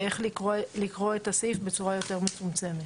איך לקרוא את הסעיף בצורה יותר מצומצמת.